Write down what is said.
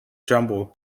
jumble